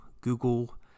Google